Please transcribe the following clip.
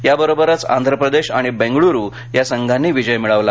याबरोबरच आंध्रप्रदेश आणि बेंगळूरू या संघांनी विजय मिळवला